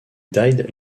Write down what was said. died